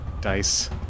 Dice